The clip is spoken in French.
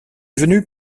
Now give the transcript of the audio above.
venu